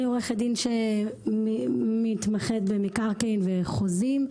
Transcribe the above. אני עורכת דין שמתמחת במקרקעין וחוזים.